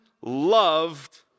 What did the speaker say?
loved